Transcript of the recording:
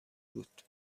بود